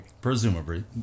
Presumably